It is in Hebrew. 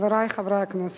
חברי חברי הכנסת,